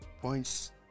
points